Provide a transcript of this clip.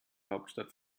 hauptstadt